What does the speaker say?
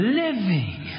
living